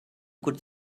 could